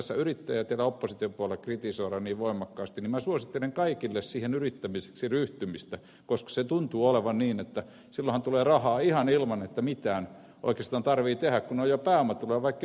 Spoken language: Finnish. kun tässä yrittäjiä teillä oppositiopuolella kritisoidaan niin voimakkaasti niin minä suosittelen kaikille yrittämiseen ryhtymistä koska se tuntuu olevan niin että silloinhan tulee rahaa ihan ilman että mitään oikeastaan tarvitsee tehdä kun on jo pääomatuloja vaikkei ole pääomaakaan